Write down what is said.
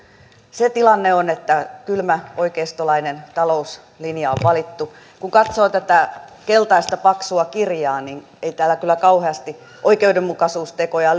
se tilanne on että kylmä oikeistolainen talouslinja on valittu kun katsoo tätä keltaista paksua kirjaa niin ei täällä kyllä kauheasti oikeudenmukaisuustekoja